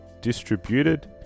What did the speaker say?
distributed